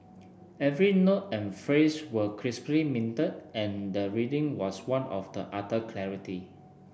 every note and phrase was crisply minted and the reading was one of the utter clarity